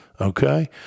Okay